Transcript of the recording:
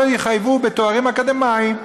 לא יחייבו בתארים אקדמיים.